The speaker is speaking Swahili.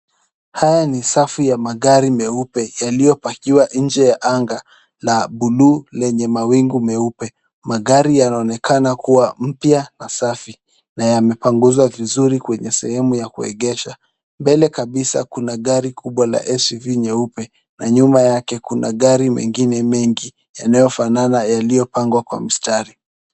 Haya ni safu ya magari meupe yaliyopakiwa ndani ya anga la buluu lenye mawingu meupe. Magari yanaonekana kuwa mpya na safi naa yamepanguzwa vizuri kwenye sehemu ya kuegesha. Mbele kabisa kuna gari kubwa ya SUV nyeupe. Na nyuma yake kuna gari mengine mengi yanayofanana na yaliyopangwa kwenye mstari.